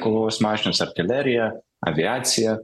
kovos mašinos artilerija aviacija